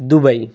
Dubai